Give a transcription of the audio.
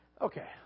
Okay